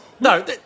No